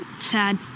sad